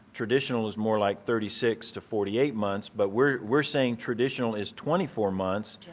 traditional is more like thirty six to forty eight months but we're we're saying traditional is twenty four months,